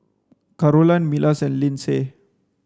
Carolann Milas and Lynsey